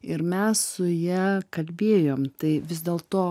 ir mes su ja kalbėjom tai vis dėlto